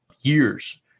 years